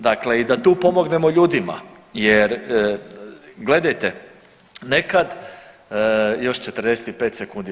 Dakle i da tu pomognemo ljudima, jer gledajte nekad još 45 sekundi.